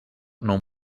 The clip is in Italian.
non